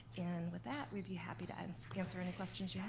and with that, we'd be happy to answer answer any questions you yeah